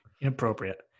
Inappropriate